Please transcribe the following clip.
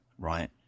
right